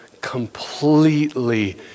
completely